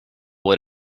what